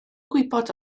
gwybod